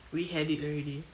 we had it already